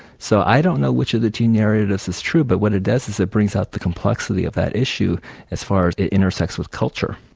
so i don't know which of the two narratives is true, but what it does is it brings out the complexity of that issue as far as it intersects with culture.